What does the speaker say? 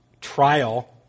trial